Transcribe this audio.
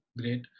great